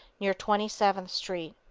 near twenty seventh street.